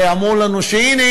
ואמרו לנו שהנה,